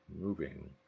moving